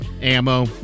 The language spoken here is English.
Ammo